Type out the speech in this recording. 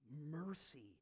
mercy